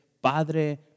Padre